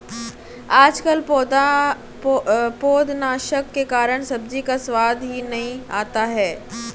आजकल पौधनाशक के कारण सब्जी का स्वाद ही नहीं आता है